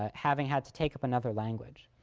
ah having had to take up another language.